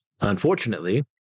Unfortunately